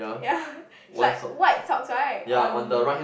yeah it's like white socks right on